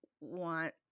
want